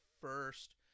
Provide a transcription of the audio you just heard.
first